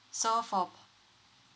so for